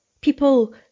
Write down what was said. people